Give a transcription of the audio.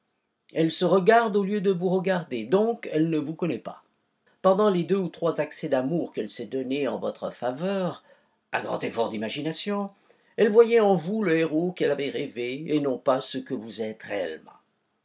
elle se regarde au lieu de vous regarder donc elle ne vous connaît pas pendant les deux ou trois accès d'amour qu'elle s'est donnés en votre faveur à grand effort d'imagination elle voyait en vous le héros qu'elle avait rêvé et non pas ce que vous êtes réellement